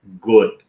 good